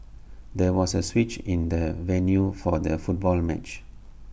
there was A switch in the venue for the football match